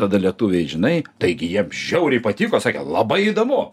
tada lietuviai žinai taigi jiem žiauriai patiko sakė labai įdomu